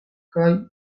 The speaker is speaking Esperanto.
kaj